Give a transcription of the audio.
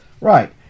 Right